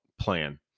plan